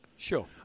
Sure